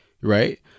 right